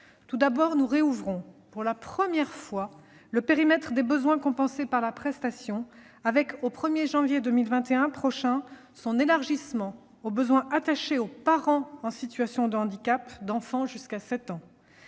Tout d'abord, nous rouvrons pour la première fois le périmètre des besoins compensés par la prestation avec, au 1 janvier 2021, son élargissement aux besoins attachés aux parents en situation de handicap d'enfants jusqu'à 7 ans.